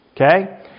Okay